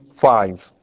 five